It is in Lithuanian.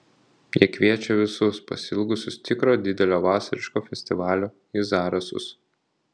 jie kviečia visus pasiilgusius tikro didelio vasariško festivalio į zarasus